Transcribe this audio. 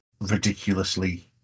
ridiculously